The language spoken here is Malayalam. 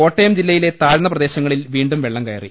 കോട്ടയം ജില്ലയിലെ താഴ്ന്ന് പ്രദേശങ്ങളിൽ വീണ്ടും വെള്ളം കയറി